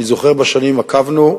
אני זוכר, שנים עקבנו,